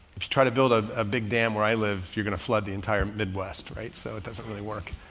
if you try to build a ah big dam where i live, you're gonna flood the entire midwest. right. so it doesn't really work.